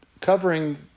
covering